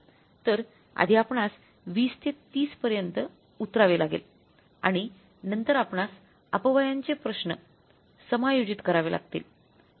तर आधी आपणास २० ते 30 पर्यंत उतरावे लागेल आणि नंतर आपणास अपव्ययांचे प्रश्न समायोजित करावे लागतील